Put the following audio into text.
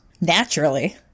Naturally